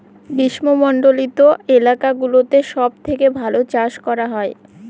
গ্রীষ্মমন্ডলীত এলাকা গুলোতে সব থেকে ভালো চাষ করা হয়